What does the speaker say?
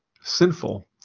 sinful